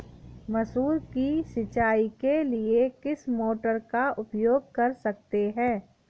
मसूर की सिंचाई के लिए किस मोटर का उपयोग कर सकते हैं?